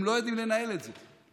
הם לא יודעים לנהל את זה.